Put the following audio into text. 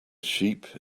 sheep